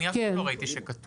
אני אף פעם לא ראיתי שכתוב.